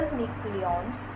nucleons